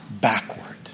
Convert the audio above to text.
backward